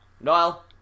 Noel